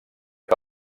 que